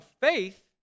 faith